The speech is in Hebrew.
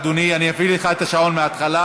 בבקשה, אדוני, אני אפעיל לך את השעון מהתחלה.